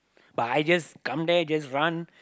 but I just come there just run